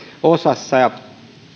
osassa ja